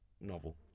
novel